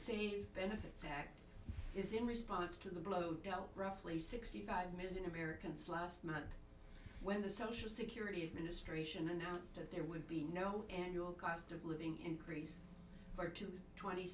same benefits act is in response to the blow dealt roughly sixty five million americans last month when the social security administration announced that there would be no annual cost of living increase for two twenty